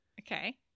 Okay